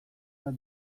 bat